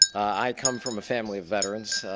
i come from a family of veteranses.